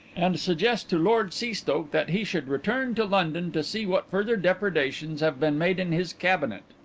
and suggest to lord seastoke that he should return to london to see what further depredations have been made in his cabinet.